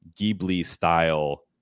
Ghibli-style